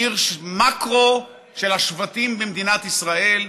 עיר מקרו של השבטים במדינת ישראל,